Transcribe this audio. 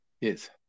Yes